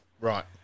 Right